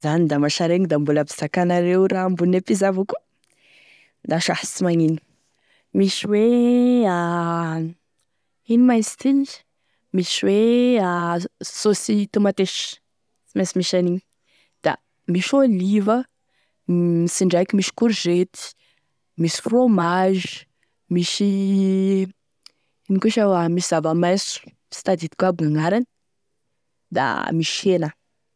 Iaho zany da mosaregny da mbola ampizakainareo e raha ambone pizza avao koa, andao sa sy magnino, misy hoe a ino moa izy ty, misy hoe a saosy tomatesy, sy mainsy misy an'igny da misy olive, tsindraiky misy courgette, misy fromage, misy ino koa sa hoa, misy zava-mainso, misy sy tadidiko agny sanaky aby gn'agnarany, da misy hena.